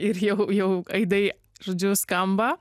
ir jau jau aidai žodžiu skamba